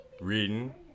Reading